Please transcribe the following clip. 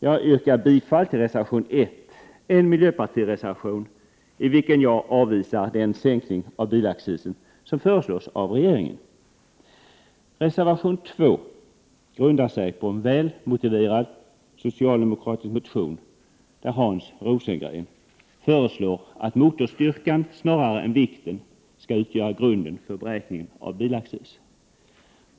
Jag yrkar bifall till reservation 1, en miljöpartireservation, i vilken jag avvisar den sänkning av bilaccisen som föreslås av regeringen. Reservation 2 grundar sig på en väl motiverad socialdemokratisk motion, där Hans Rosengren föreslår att motorstyrkan snarare än vikten skall utgöra grunden för beräkningen av bilaccis.